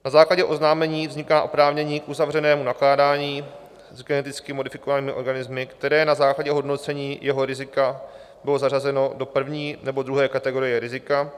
Na základě oznámení vzniká oprávnění k uzavřenému nakládání s geneticky modifikovanými organismy, které na základě hodnocení jeho rizika bylo zařazeno do I. nebo II. kategorie rizika.